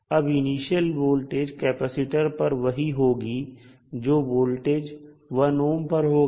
अब initial voltage capacitor पर वही होगी जो वोल्टेज 1 ohm पर होगा